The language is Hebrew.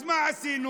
אז מה עשינו?